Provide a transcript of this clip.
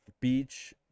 beach